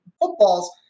footballs